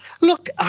Look